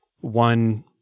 one